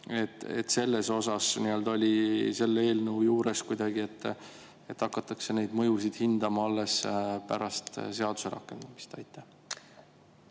mõjutavad, oli selle eelnõu juures kuidagi, et hakatakse neid mõjusid hindama alles pärast seaduse rakendumist. Aitäh!